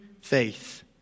faith